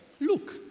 Look